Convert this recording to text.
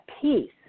peace